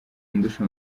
undusha